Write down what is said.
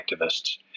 activists